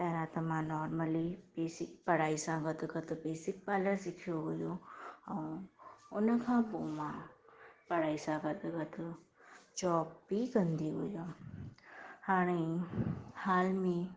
पहिरां त मां नोर्मली बेसिक पढ़ाई सां गॾु गॾु बेसिक पालर सिखियो हुओ ऐं हुन खां पोइ मां पढ़ाई सां गॾु गॾु जॉब बि कंदी हुअमि हाणे ई हाल में